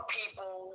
people